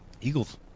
Eagles